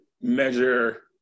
measure